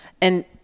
And-